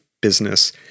business